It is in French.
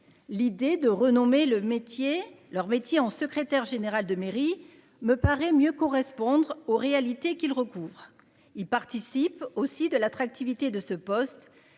L'idée de renommer le métier leur métier en secrétaire général de mairie, me paraît mieux correspondre aux réalités qu'ils recouvrent. Il participe aussi de l'attractivité de ce poste